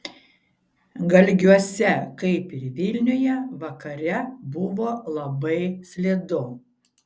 galgiuose kaip ir vilniuje vakare buvo labai slidu